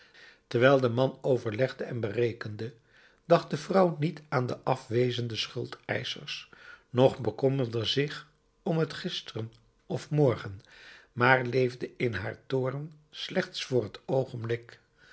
terwijl de man overlegde en berekende dacht de vrouw niet aan de afwezende schuldeischers noch bekommerde zich om het gisteren of morgen maar leefde in haar toorn slechts voor t oogenblik